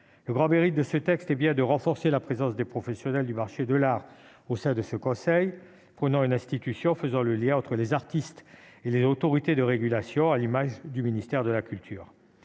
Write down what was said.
Le grand mérite de ce texte est bien de renforcer la présence des professionnels du marché de l'art au sein de ce Conseil afin que ce dernier puisse faire le lien entre les artistes et les autorités de régulation, à l'image du ministère de la culture.